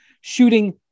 Shooting